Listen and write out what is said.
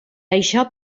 això